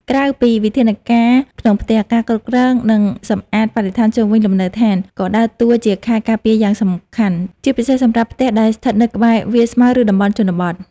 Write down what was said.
ក្រៅពីវិធានការក្នុងផ្ទះ ការគ្រប់គ្រង និងសម្អាតបរិស្ថានជុំវិញលំនៅដ្ឋាន ក៏ដើរតួជាខែលការពារយ៉ាងសំខាន់ ជាពិសេសសម្រាប់ផ្ទះដែលស្ថិតនៅក្បែរវាលស្មៅ ឬតំបន់ជនបទ។